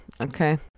Okay